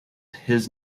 his